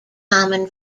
common